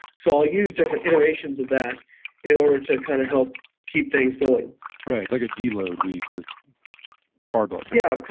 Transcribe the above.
so i'll use different iterations of that in order to kind of help keep things going right, it's like a deload week with barbell training yeah,